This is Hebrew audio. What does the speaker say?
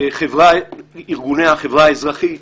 ארגוני החברה האזרחית,